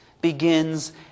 begins